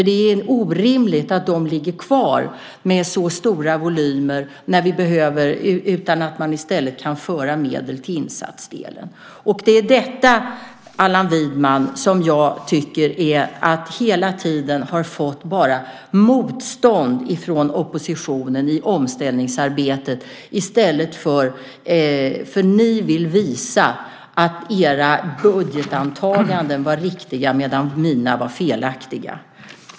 Det är orimligt att de ligger kvar med så stora volymer, utan i stället kan medel föras till insatsdelen. Det är detta, Allan Widman, som bara har fått motstånd från oppositionen hela tiden i omställningsarbetet. Ni vill visa att era budgetantaganden var riktiga medan mina var felaktiga.